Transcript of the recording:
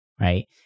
right